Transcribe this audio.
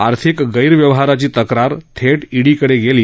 आर्थिक गस्त्ववहाराची तक्रार थेट ईडी कडे गेली